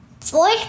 Four